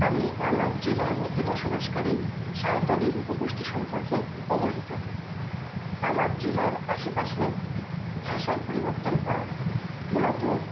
আমি আমার জেলার মধ্যে বসবাসকারী সাঁওতালি উপগোষ্ঠী সম্পর্কে অবহিত আমার জেলার আশেপাশে ভাষা পরিবর্তন হয় মূলত